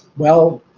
well,